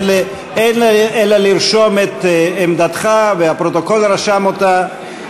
אין לי אלא לרשום את עמדתך, והפרוטוקול רשם אותה.